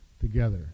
together